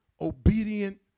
obedient